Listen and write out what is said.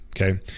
okay